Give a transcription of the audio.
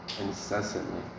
incessantly